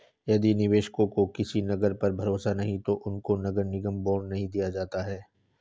यदि निवेशकों को किसी नगर पर भरोसा नहीं है तो उनको नगर निगम बॉन्ड नहीं दिया जाता है